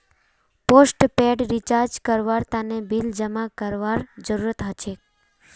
postpaid recharge करवार तने bill जमा करवार जरूरत हछेक